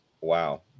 Wow